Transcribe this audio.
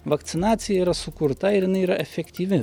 vakcinacija yra sukurta ir jinai yra efektyvi